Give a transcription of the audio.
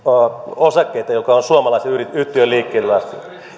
osakkeita jotka ovat suomalaisen yhtiön liikkeelle